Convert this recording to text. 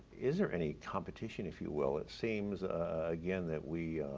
is there any competition if you will. it seems again that we